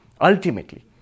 Ultimately